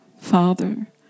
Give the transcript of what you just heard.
Father